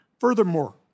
Furthermore